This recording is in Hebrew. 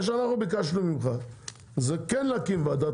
מה שאנחנו ביקשנו ממך זה כן להקים ועדת